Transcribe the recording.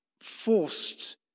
forced